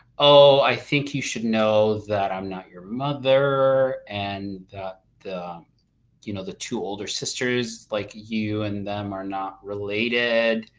oh, i think you should know that i'm not your mother, and that the you know the two older sisters, like you and them are not related,